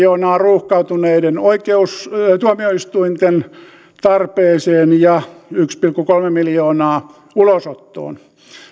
miljoonaa ruuhkautuneiden tuomioistuinten tarpeeseen ja yksi pilkku kolme miljoonaa ulosottoon